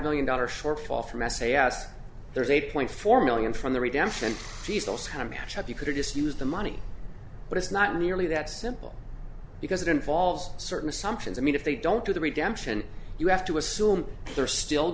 million dollars shortfall from s a s there's eight point four million from the redemption diesel's kind of match up you could just use the money but it's not nearly that simple because it involves certain assumptions i mean if they don't do the redemption you have to assume they're still